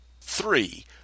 three